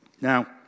Now